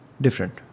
different